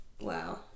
Wow